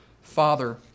father